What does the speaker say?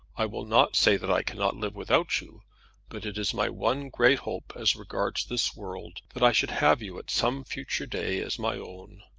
i will not say that i cannot live without you but it is my one great hope as regards this world, that i should have you at some future day as my own.